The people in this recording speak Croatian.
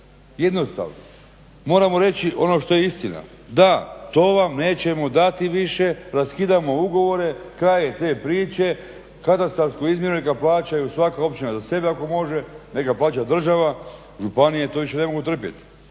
Jednostavno. Moramo reći ono što je istina, da, to vam nećemo dati više, raskidamo ugovore, kraj je te priče, katastarskog izmjernika plaćaju svaka općina za sebe ako može, neke plaća država, županije to više ne mogu trpjet.